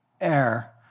air